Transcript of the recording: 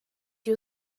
you